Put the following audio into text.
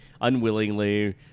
unwillingly